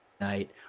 night